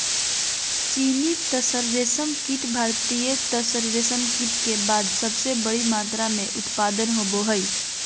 चीनी तसर रेशमकीट भारतीय तसर रेशमकीट के बाद सबसे बड़ी मात्रा मे उत्पादन होबो हइ